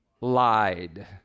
lied